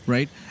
Right